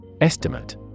Estimate